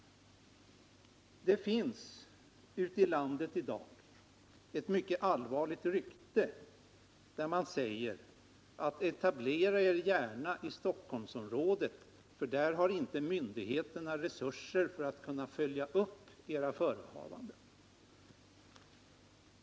Det går f. n. ute i landet ett mycket allvarligt rykte som säger: Etablera er gärna i Stockholmsområdet, för där har inte myndigheterna resurser för att kunna följa upp era förehavanden.